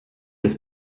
des